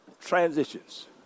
transitions